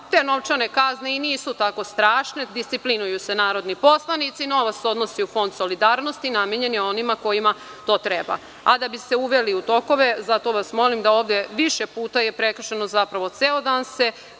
te novčane kazne i nisu tako strašne. Disciplinuju se narodni poslanici, novac odlazi u Fond solidarnosti i namenjen je onima kojima to treba, a da bi se uveli u tokove, zato vas molim da … Ovde je više puta prekršeno. Zapravo, ceo dan se